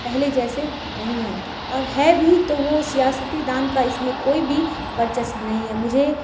پہلے جیسے نہیں ہیں اور ہے بھی تو وہ سیاستدان کا اس میں کوئی بھی ورچسپ نہیں ہے مجھے